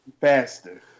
faster